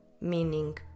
meaning